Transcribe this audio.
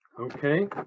okay